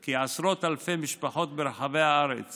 כי עשרות אלפי משפחות ברחבי הארץ